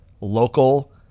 local